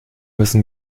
müssen